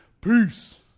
Peace